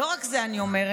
לא רק את זה אני אומרת,